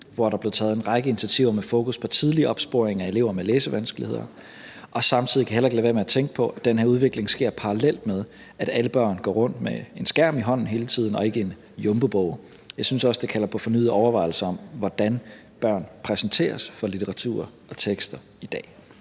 hvor der er blevet taget en række initiativer med fokus på tidlig opsporing af elever med læsevanskeligheder. Samtidig kan jeg heller ikke lade være med at tænke på, at den her udvikling sker parallelt med, at alle børn hele tiden går rundt med en skærm i hånden og ikke en Jumbobog. Jeg synes også, det kalder på fornyede overvejelser om, hvordan børn præsenteres for litteratur og tekster i dag.